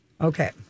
Okay